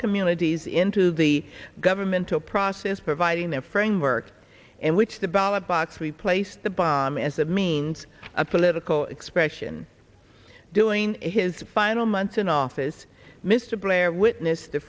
communities into the governmental process providing their friend work and which the ballot box replaced the bomb as a means of political expression doing his final months in office mr blair witnessed the